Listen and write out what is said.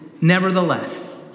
Nevertheless